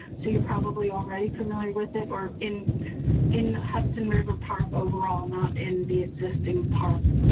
so you're probably already familiar with it, or in in hudson river park. overall, not in the existing park.